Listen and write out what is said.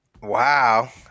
Wow